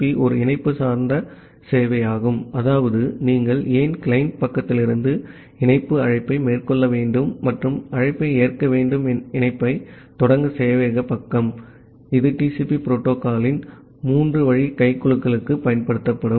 B ஒரு இணைப்பு சார்ந்த சேவையாகும் அதாவது நீங்கள் ஏன் கிளையன்ட் பக்கத்திலிருந்து இணைப்பு அழைப்பை மேற்கொள்ள வேண்டும் மற்றும் அழைப்பை ஏற்க வேண்டும் இணைப்பைத் தொடங்க சேவையகப் பக்கம் இது TCP புரோட்டோகால்யின் மூன்று வழி கைகுலுக்கலைப் பயன்படுத்தும்